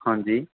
ਹਾਂਜੀ